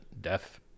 death